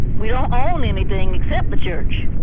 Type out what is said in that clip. we don't own anything except the church.